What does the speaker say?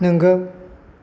नोंगौ